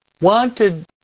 wanted